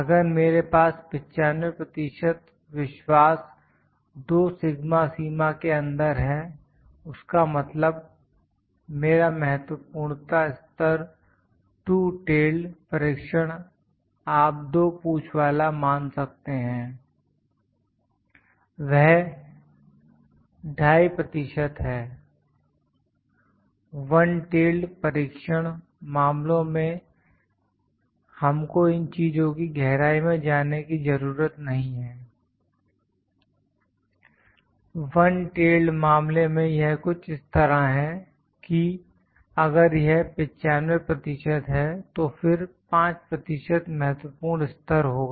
अगर मेरे पास 95 प्रतिशत विश्वास 2 सिगमा सीमा के अंदर है उसका मतलब मेरा महत्वपूर्णता स्तर टू टेल्ड्ड परीक्षण आप दो पूछ वाला मान सकते हैं वह 25 प्रतिशत है वन टेल्ड्ड परीक्षण मामलों में हमको इन चीजों की गहराई में जाने की जरूरत नहीं है वन टेल्ड्ड मामले में यह कुछ इस तरह है कि अगर यह 95 प्रतिशत है तो फिर 5 प्रतिशत महत्वपूर्ण स्तर होगा